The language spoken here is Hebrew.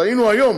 טעינו היום,